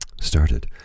Started